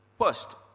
First